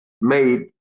made